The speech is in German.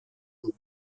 und